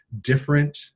different